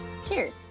Cheers